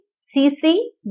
C-C